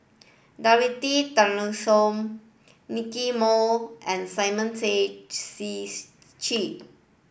Dorothy Tessensohn Nicky Moey and Simon Tay Seong Chee